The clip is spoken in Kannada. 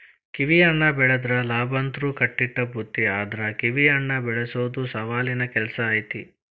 ಕಿವಿಹಣ್ಣ ಬೆಳದ್ರ ಲಾಭಂತ್ರು ಕಟ್ಟಿಟ್ಟ ಬುತ್ತಿ ಆದ್ರ ಕಿವಿಹಣ್ಣ ಬೆಳಸೊದು ಸವಾಲಿನ ಕೆಲ್ಸ ಐತಿ